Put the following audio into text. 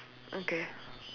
okay